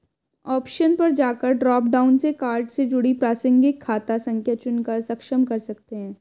option पर जाकर drop down से कार्ड से जुड़ी प्रासंगिक खाता संख्या चुनकर सक्षम कर सकते है